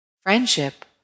friendship